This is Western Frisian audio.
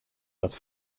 dat